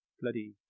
bloody